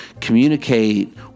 communicate